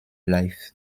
life